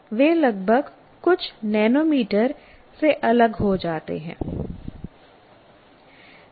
वे लगभग कुछ नैनोमीटर से अलग हो जाते हैं